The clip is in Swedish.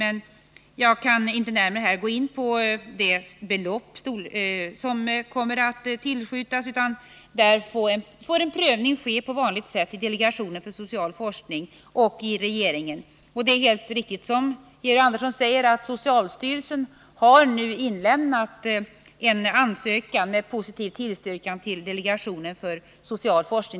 Men jag kan inte närmare gå in på de belopp som kommer att tillskjutas, utan där får en prövning ske på vanligt sätt i delegationen för social forskning och i regeringen. Det är alldeles riktigt som Georg Andersson säger, att socialstyrelsen nu har inlämnat en ansökan med positiv tillstyrkan till delegationen för social forskning.